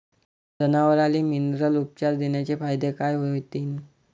जनावराले मिनरल उपचार देण्याचे फायदे काय होतीन?